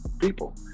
people